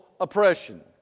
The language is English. oppression